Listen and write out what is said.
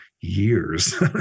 years